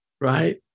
Right